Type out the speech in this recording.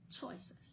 choices